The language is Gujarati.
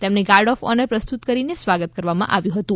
તેમને ગાર્ડ ઓફ ઓનર પ્રસ્તૂત કરીને તેમનું સ્વાગત કરવામાં આવ્યું હતું